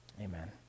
Amen